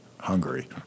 Hungary